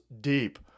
deep